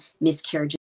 miscarriages